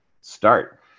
start